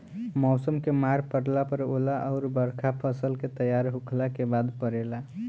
मौसम के मार पड़ला पर ओला अउर बरखा फसल के तैयार होखला के बाद पड़ेला